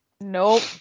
Nope